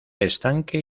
estanque